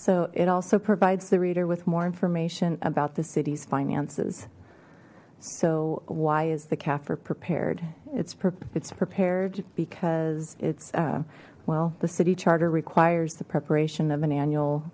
so it also provides the reader with more information about the city's finances so why is the kafir prepared it's perfect its prepared because it's well the city charter requires the preparation of an annual